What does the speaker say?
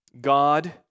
God